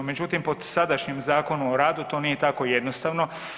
Međutim, pod sadašnjem Zakonom o radu to nije tako jednostavno.